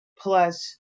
plus